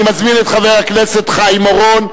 אני מזמין את חבר הכנסת חיים אורון.